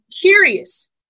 curious